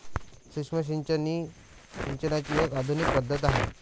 सूक्ष्म सिंचन ही सिंचनाची एक आधुनिक पद्धत आहे